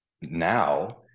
now